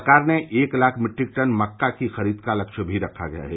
सरकार ने एक लाख मीट्रिक टन मक्का की खरीद का लक्ष्य भी रखा है